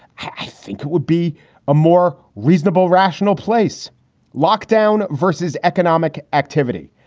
i think it would be a more reasonable, rational place locked down versus economic activity.